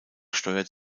steuert